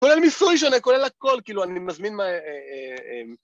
כולל מיסוי שונה, כולל הכל, כאילו אני מזמין מה...